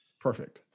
Perfect